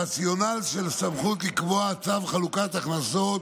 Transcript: הרציונל של הסמכות לקבוע צו חלוקת הכנסות